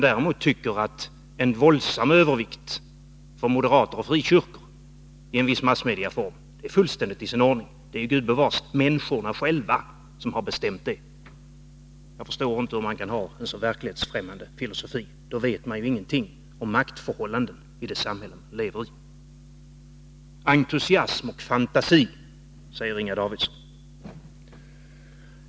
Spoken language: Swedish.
Däremot tycker hon att en våldsam övervikt för moderater och frikyrkor i en viss massmedieform är fullständigt i sin ordning. Det är gubevars människorna själva som har bestämt det. Jag förstår inte hur man kan ha en så verklighetsfrämmande filosofi, då vet man ju ingenting om maktförhållanden i det samhälle vi lever i. Entusiasm och fantasi, säger Inga Davidsson.